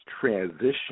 transition